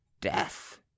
death